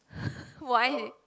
why